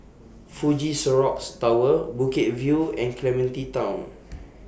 Fuji Xerox Tower Bukit View and Clementi Town